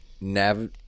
Nav